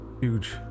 Huge